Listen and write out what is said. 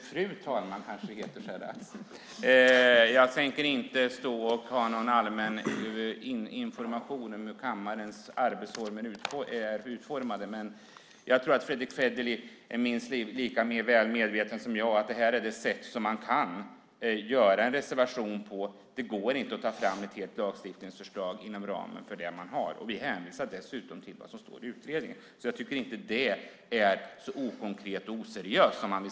Fru talman! Jag tänker inte ha någon allmän information om kammarens arbetsformer, men jag tror att Fredrick Federley är minst lika väl medveten som jag om att det här är det sätt som man kan göra en reservation på. Det går inte att ta fram ett helt lagstiftningsförslag inom ramen för det man har. Vi hänvisar dessutom till vad som står i utredningen. Jag tycker inte att det är så okonkret och oseriöst.